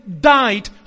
died